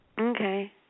Okay